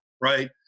right